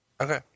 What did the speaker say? Okay